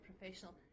professional